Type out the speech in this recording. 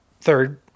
third